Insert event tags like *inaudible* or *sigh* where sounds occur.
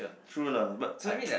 true lah but s~ *noise*